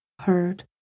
heard